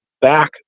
back